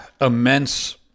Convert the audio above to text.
immense